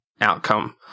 outcome